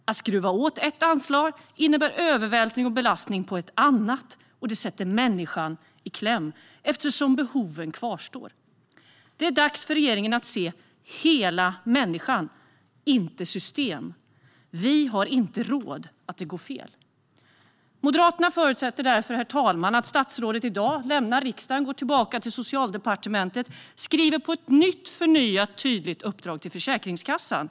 Att skruva åt ett anslag innebär övervältring och belastning på ett annat. Detta sätter människan i kläm eftersom behoven kvarstår. Det är dags för regeringen att se hela människan i stället för ett system. Vi har inte råd med att det går fel. Herr talman! Moderaterna förutsätter därför att statsrådet efter debatten i dag lämnar riksdagen och går tillbaka till Socialdepartementet för att skriva ett nytt, tydligt uppdrag till Försäkringskassan.